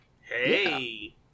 Hey